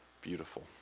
beautiful